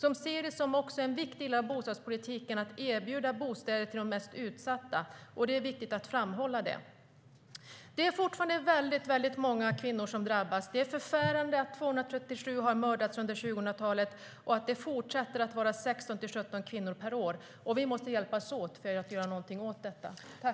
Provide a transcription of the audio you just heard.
De ser det som en viktig del av bostadspolitiken att erbjuda bostäder till de mest utsatta. Det är viktigt att framhålla.